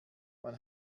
man